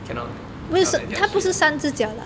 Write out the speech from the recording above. ca~ cannot 跳来跳去啊